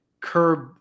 curb